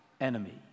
enemy